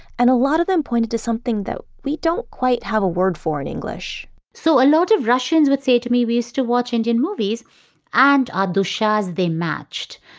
and a lot of them pointed to something that we don't quite have a word for in english so a lot of russians would say to me, we used to watch indian movies and our ah dushas, they matched.